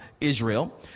israel